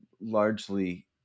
largely